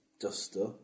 duster